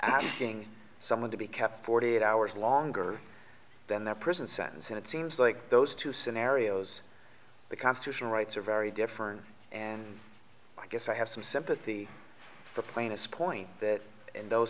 asking someone to be kept forty eight hours longer than their prison sentence and it seems like those two scenarios the constitutional rights are very different and i guess i have some sympathy for plaintiffs point that in those